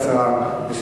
לא